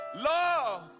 love